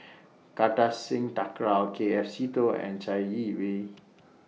Kartar Singh Thakral K F Seetoh and Chai Yee Wei